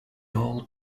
all